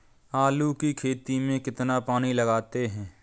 आलू की खेती में कितना पानी लगाते हैं?